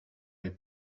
elle